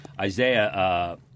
Isaiah